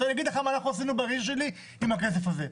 אני אגיד לך מה עשינו בעיר שלי עם הכסף הזה.